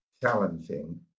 challenging